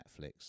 Netflix